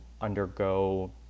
undergo